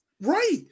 right